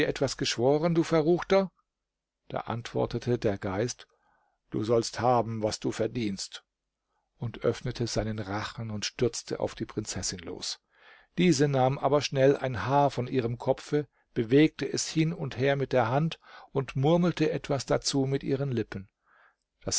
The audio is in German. etwas geschworen du verruchter da antwortete der geist du sollst haben was du verdienst und öffnete seinen rachen und stürzte auf die prinzessin los diese nahm aber schnell ein haar von ihrem kopfe bewegte es hin und her mit der hand und murmelte etwas dazu mit ihren lippen